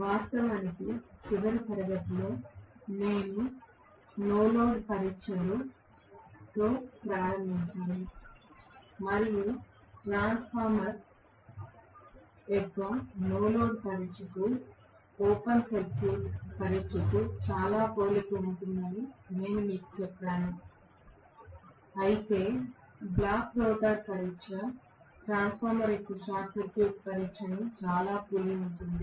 వాస్తవానికి చివరి తరగతి నేను నో లోడ్ పరీక్షలో ప్రారంభించాను మరియు ట్రాన్స్ఫార్మర్ యొక్క నో లోడ్ పరీక్షకు ఓపెన్ సర్క్యూట్ పరీక్షకు చాలా పోలిక ఉంటుందని నేను మీకు చెప్పాను అయితే బ్లాక్ రోటర్ పరీక్ష ట్రాన్స్ఫార్మర్ యొక్క షార్ట్ సర్క్యూట్ పరీక్షకు చాలా పోలి ఉంటుంది